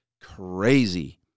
crazy